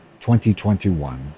2021